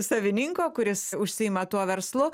savininko kuris užsiima tuo verslu